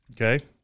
Okay